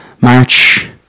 March